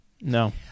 No